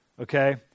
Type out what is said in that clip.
okay